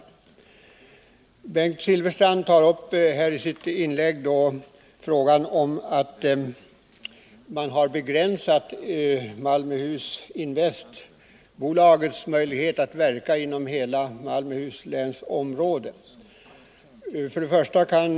Bengt Silfverstrand tar i sitt inlägg upp det förhållandet att Malmöhus Invest AB:s möjligheter att verka inom hela Malmöhus läns område har begränsats.